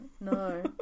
No